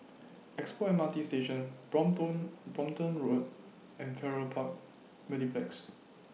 Expo M R T Station Brompton Brompton Road and Farrer Park Mediplex